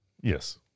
Yes